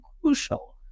crucial